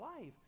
life